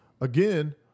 again